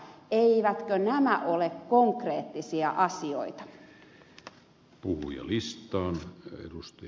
eivätkö nämä ole konkreettisia asioita